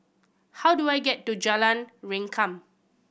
how do I get to Jalan Rengkam